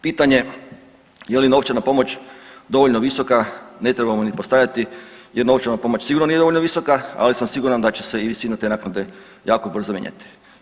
Pitanje je li novčana pomoć dovoljno visoka ne trebamo ni postavljati jer novčana pomoć sigurno nije dovoljno visoka ali sam siguran da će se i visina te naknade jako brzo mijenjati.